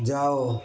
ଯାଅ